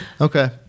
Okay